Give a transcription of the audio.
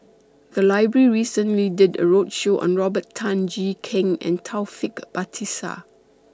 The Library recently did A roadshow on Robert Tan Jee Keng and Taufik Batisah